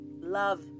love